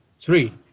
three